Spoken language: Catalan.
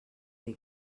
dir